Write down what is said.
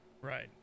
Right